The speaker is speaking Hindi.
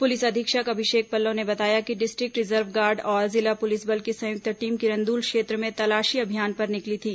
पुलिस अधीक्षक अभिषेक पल्लव ने बताया कि डिस्ट्रिक्ट रिजर्व गार्ड और जिला पुलिस बल की संयुक्त टीम किरंदुल क्षेत्र में तलाशी अभियान पर निकली थी